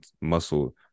muscle